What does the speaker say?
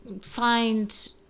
Find